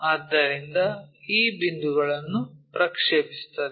ಆದ್ದರಿಂದ ಈ ಬಿಂದುಗಳನ್ನು ಪ್ರಕ್ಷೇಪಿಸುತ್ತದೆ